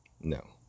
No